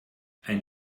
ein